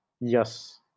yes